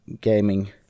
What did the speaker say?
gaming